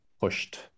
pushed